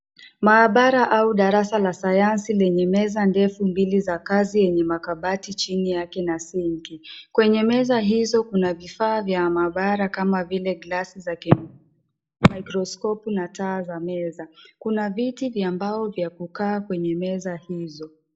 Maabara au darasa la sayansi lenye meza ndefu mbili za kazi yenye makabati chini yake na sinki. Kwenye meza hizo kuna vifaa vya maabara kama vile glasi za kemikali, maikroskopu na taa za meza. Kuna viti vya mbao vya kukaa kwenye meza hizo.